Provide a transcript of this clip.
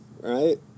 Right